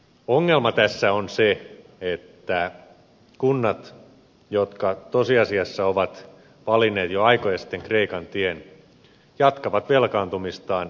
ongelma tässä on se että kunnat jotka tosiasiassa ovat valinneet jo aikoja sitten kreikan tien jatkavat velkaantumistaan edelleen